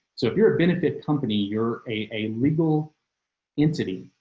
so if you're a benefit company you're a legal entity.